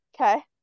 Okay